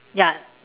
ya